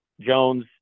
Jones